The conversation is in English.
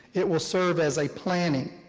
it will serve as a planning,